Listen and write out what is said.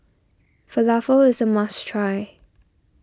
Falafel is a must try